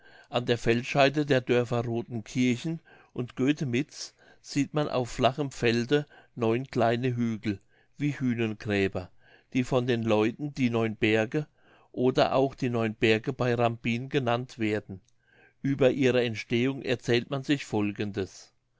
an der feldscheide der dörfer rodenkirchen und götemitz sieht man auf flachem felde neun kleine hügel wie hühnengräber die von den leuten die neun berge oder auch die neun berge bei rambin genannt werden ueber ihre entstehung erzählt man sich folgendes